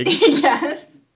yes